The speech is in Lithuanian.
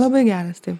labai geras taip